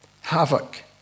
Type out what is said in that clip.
Havoc